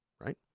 right